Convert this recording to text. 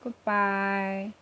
goodbye